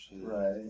Right